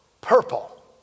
purple